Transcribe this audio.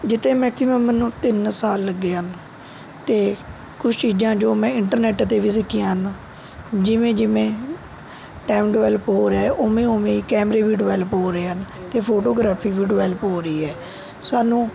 ਜਿੱਥੇ ਮੈਕਸੀਮਮ ਮੈਨੂੰ ਤਿੰਨ ਸਾਲ ਲੱਗੇ ਹਨ ਅਤੇ ਕੁਛ ਚੀਜ਼ਾਂ ਜੋ ਮੈਂ ਇੰਟਰਨੈਟ 'ਤੇ ਵੀ ਸਿੱਖੀਆ ਹਨ ਜਿਵੇਂ ਜਿਵੇਂ ਟਾਈਮ ਡਿਵੈਲਪ ਹੋ ਰਿਹਾ ਉਵੇਂ ਉਵੇਂ ਹੀ ਕੈਮਰੇ ਵੀ ਡਿਵੈਲਪ ਹੋ ਰਹੇ ਹਨ ਅਤੇ ਫੋਟੋਗ੍ਰਾਫੀ ਵੀ ਡਿਵੈਲਪ ਹੋ ਰਹੀ ਹੈ ਸਾਨੂੰ